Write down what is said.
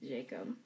Jacob